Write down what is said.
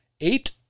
eight